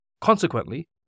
Consequently